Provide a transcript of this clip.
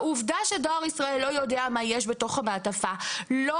העובדה שדואר ישראל לא יודע מה יש בתוך המעטפה לא